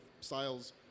styles